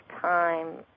time